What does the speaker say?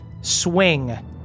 swing